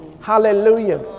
Hallelujah